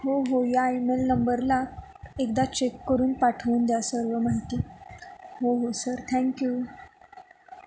हो हो या ईमेल नंबरला एकदा चेक करून पाठवून द्या सर्व माहिती हो हो सर थँक्यू